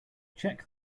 check